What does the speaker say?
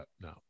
no